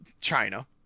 China